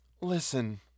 Listen